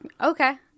Okay